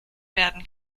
werden